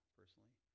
personally